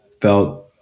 felt